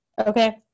Okay